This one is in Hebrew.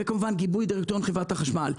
וכמובן בגיבוי דירקטוריון חברת החשמל,